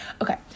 Okay